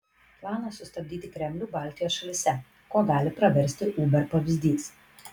planas sustabdyti kremlių baltijos šalyse kuo gali praversti uber pavyzdys